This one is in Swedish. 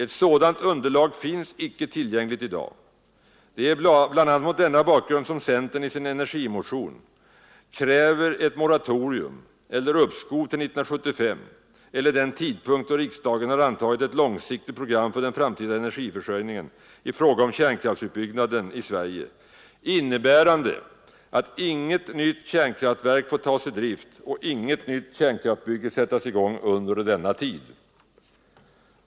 Ett sådant underlag finns inte tillgängligt i dag. Det är bl.a. mot denna bakgrund som centern i sin energimotion kräver ett moratorium eller uppskov till 1975 eller den tidpunkt då riksdagen har antagit ett långsiktigt program för den framtida energiförsörjningen i fråga om kärnkraftsutbyggnaden i Sverige, innebärande att inget nytt kärnkraftverk får tas i drift och inget nytt kärnkraftbygge sättas i gång under denna tid.